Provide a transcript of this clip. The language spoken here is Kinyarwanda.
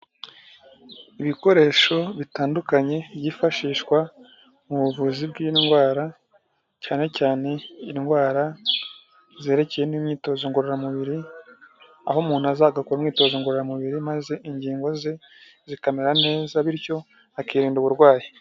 Ibikoresho bitandukanye byifashishwa mu buvuzi bw'indwara, cyane cyane indwara zerekeye n'imyitozo ngororamubiri, aho umuntu aza agakora umwitozo ngororamubiri, maze ingingo ze zikamera neza bityo akirinda uburwayi.